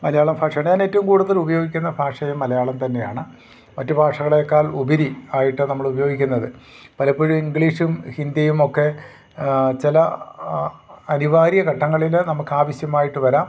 മലയാള ഭാഷ ഞാനേറ്റവും കൂടുതൽ ഉപയോഗിക്കുന്ന ഭാഷയും മലയാളം തന്നെയാണ് മറ്റു ഭാഷകളേക്കാൾ ഉപരി ആയിട്ട് നമ്മൾ ഉപയോഗിക്കുന്നത് പലപ്പോഴും ഇംഗ്ലീഷും ഹിന്ദിയുമൊക്കെ ചില അനിവാര്യ ഘട്ടങ്ങളിൽ നമുക്കാവശ്യമായിട്ട് വരാം